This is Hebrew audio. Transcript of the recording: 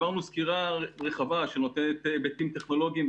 העברנו סקירה רחבה שנותנת היבטים טכנולוגיים,